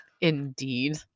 indeed